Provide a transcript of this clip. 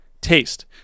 taste